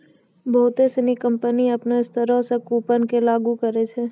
बहुते सिनी कंपनी अपनो स्तरो से कूपन के लागू करै छै